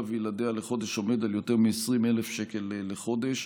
וילדיה לחודש עומד על יותר מ-20,000 שקל לחודש,